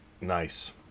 Nice